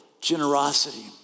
generosity